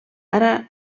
ara